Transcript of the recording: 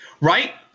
Right